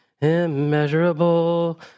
immeasurable